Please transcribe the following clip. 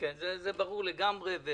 זה ברור לגמרי.